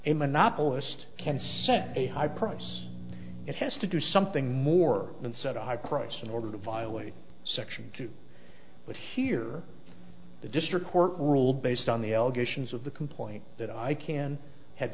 a monopolist can set a high price it has to do something more than set a high price in order to violate section two but here the district court ruled based on the allegations of the complaint that i can have